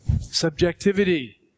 Subjectivity